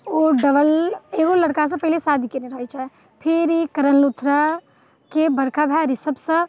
ओ double एगो लड़कासँ पहिने शादी केने रहैत छै फेर ई करण लूथराके बड़का भाय ऋषभसँ